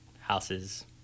houses